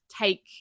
take